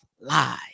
Live